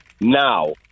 now